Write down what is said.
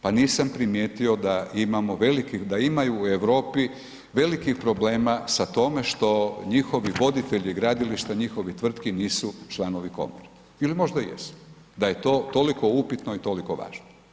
Pa nisam primijetio da ima u Europi velikih problemi sa tome što njihovi voditelji gradilišta njihovih tvrtki nisu članovi komore ili možda jesu da je to toliko upitno i toliko važno.